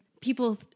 people